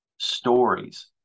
stories